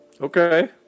Okay